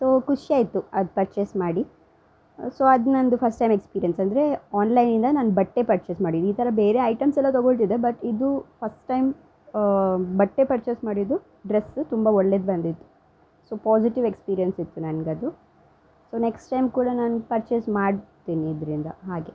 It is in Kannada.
ಸೊ ಖುಷಿ ಆಯಿತು ಅದು ಪರ್ಚೇಸ್ ಮಾಡಿ ಸೊ ಅದು ನಂದು ಫಸ್ಟ್ ಟೈಮ್ ಎಕ್ಸ್ಪೀರಿಯನ್ಸ್ ಅಂದರೆ ಆನ್ಲೈನಿಂದ ನಾನು ಬಟ್ಟೆ ಪರ್ಚೇಸ್ ಮಾಡಿದ್ದು ಈ ಥರ ಬೇರೆ ಐಟಮ್ಸ್ ಎಲ್ಲ ತಗೋಳ್ತಿದ್ದೆ ಬಟ್ ಇದು ಫಸ್ಟ್ ಟೈಮ್ ಬಟ್ಟೆ ಪರ್ಚೇಸ್ ಮಾಡಿದ್ದು ಡ್ರೆಸ್ ತುಂಬ ಒಳ್ಳೆದು ಬಂದಿತ್ತು ಸೊ ಪಾಸಿಟಿವ್ ಎಕ್ಸ್ಪೀರಿಯೆನ್ಸ್ ಇತ್ತು ನನಗದು ಸೊ ನೆಕ್ಸ್ಟ್ ಟೈಮ್ ಕೂಡ ನಾನು ಪರ್ಚೇಸ್ ಮಾಡ್ತಿನಿ ಇದ್ರಿಂದ ಹಾಗೆ